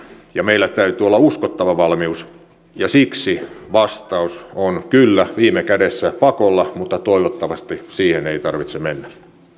ja meillä täytyy olla uskottava valmius siksi vastaus on kyllä viime kädessä pakolla mutta toivottavasti siihen ei tarvitse mennä